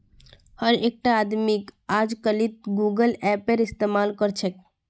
हर एकटा आदमीक अजकालित गूगल पेएर इस्तमाल कर छेक